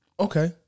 Okay